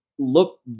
look